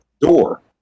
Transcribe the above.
door